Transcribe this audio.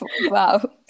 wow